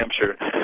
Hampshire